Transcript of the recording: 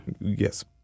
Yes